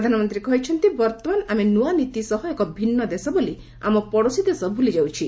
ପ୍ରଧାନମନ୍ତ୍ରୀ କହିଛନ୍ତି ବର୍ତ୍ତମାନ ଆମେ ନ୍ତଆନୀତି ସହ ଏକ ଭିନ୍ନ ଦେଶ ବୋଲି ଆମ ପଡୋଶୀ ଦେଶ ଭୁଲିଯାଉଛି